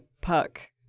puck